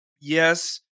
yes